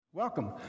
Welcome